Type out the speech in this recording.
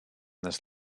this